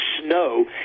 snow